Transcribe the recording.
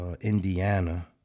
Indiana